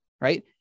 right